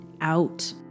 out